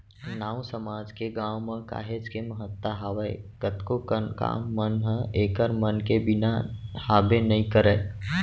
नाऊ समाज के गाँव म काहेच के महत्ता हावय कतको कन काम मन ह ऐखर मन के बिना हाबे नइ करय